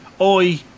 Oi